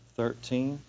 thirteen